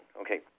Okay